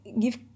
give